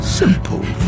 simple